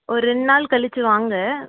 ஒரு ரெண்டு நாள் கழித்து வாங்க